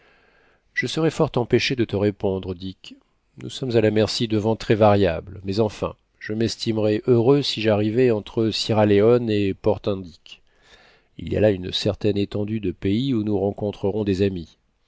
je serais fort empêché de te répondre dick nous sommes à la merci de vents très variables mais enfin je m'estimerai heureux si j'arrive entre sierra leone et portendick il y a là une certaine étendue le pays où nous rencontrerons des amis